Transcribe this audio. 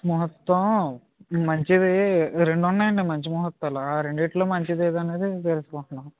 ముహూర్తం మంచిదీ రెండు ఉన్నాయి అండి మంచి ముహూర్తాలు ఆ రెండిట్లో మంచిది అనేది తెలుసుకుంటున్నాము